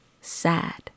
sad